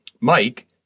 Mike